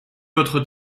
votre